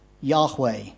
Yahweh